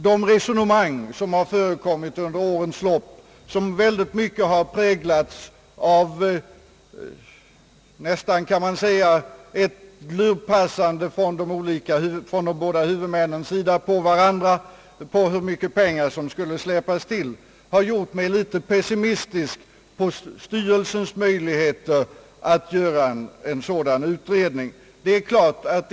De resonemang som förekommit under årens lopp och vilka mycket har präglats av ett lurpassande på varandra från de båda huvudmännens sida beträffande hur mycket pengar som skulle släppas till, har gjort mig litet pessimistisk i fråga om styrelsens möjligheter att göra en sådan utredning.